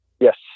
Yes